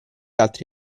altri